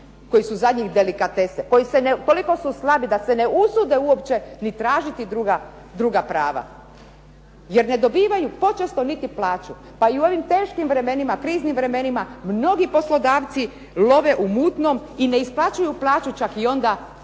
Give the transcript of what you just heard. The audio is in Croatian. koji su za njih delikatese, toliko su slabi da se ne usude uopće ni tražiti druga prava jer ne dobivaju počesto niti plaću pa i u ovim teškim vremenima, kriznim vremenima mnogi poslodavci love u mutnom i ne isplaćuju plaću čak i onda